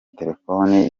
telefoni